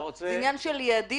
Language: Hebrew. זה עניין של יעדים.